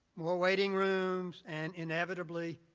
more waiting rooms and inevitably,